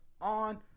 on